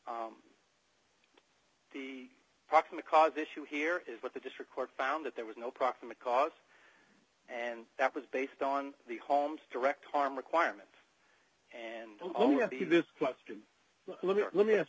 the proximate cause issue here is what the district court found that there was no proximate cause and that was based on the holmes direct harm requirement and the only question let me ask